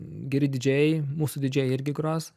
geri didžėjai mūsų didžėjai irgi gros